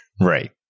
right